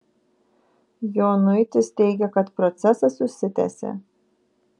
jonuitis teigia kad procesas užsitęsė